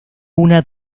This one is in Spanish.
una